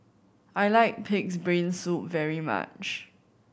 I like Pig's Brain Soup very much